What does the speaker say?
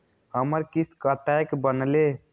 हमर किस्त कतैक बनले?